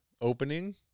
opening